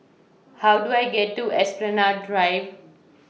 How Do I get to Esplanade Drive